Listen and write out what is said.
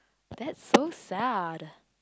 that's so sad